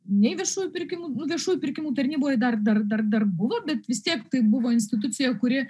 nei viešųjų pirkimų viešųjų pirkimų tarnyboje dar dar dar dar buvo bet vis tiek tai buvo institucija kuri